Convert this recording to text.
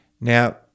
Now